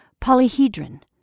polyhedron